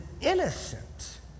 innocent